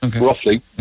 roughly